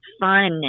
fun